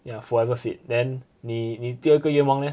ya forever fit then 你你第二个愿望 leh